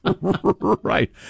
right